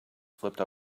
flipped